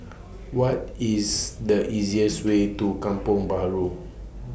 What IS The easiest Way to Kampong Bahru